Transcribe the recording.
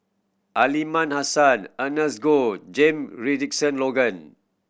Aliman Hassan Ernest Goh Jame Richardson Logan